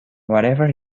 whatever